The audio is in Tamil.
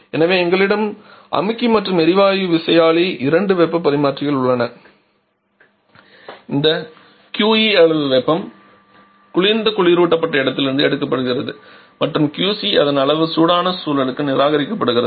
எனவே எங்களிடம் அமுக்கி மற்றும் எரிவாயு விசையாழி இரண்டு வெப்பப் பரிமாற்றிகள் உள்ளன இந்த QE அளவு வெப்பம் குளிர்ந்த குளிரூட்டப்பட்ட இடத்திலிருந்து எடுக்கப்படுகிறது மற்றும் QC அதன் அளவு சூடான சூழலுக்கு நிராகரிக்கப்பட்டுள்ளது